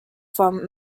from